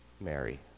Mary